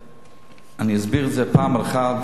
אני אסביר את זה פעם אחת